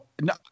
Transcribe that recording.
no